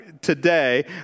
today